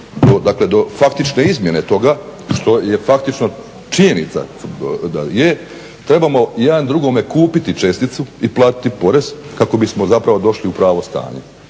dakle do faktične izmjene toga što je faktično činjenica je, trebamo jedan drugome kupiti česticu i platiti porez kako bismo zapravo došli u pravo stanje.